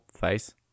face